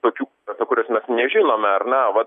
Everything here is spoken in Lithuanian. tokių apie kuriuos mes nežinome ar ne vat